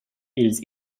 ils